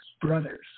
brothers